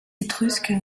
étrusques